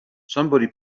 somebody